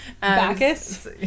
Bacchus